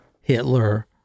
Hitler